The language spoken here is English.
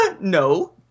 No